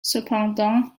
cependant